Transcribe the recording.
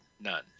None